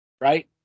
Right